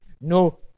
no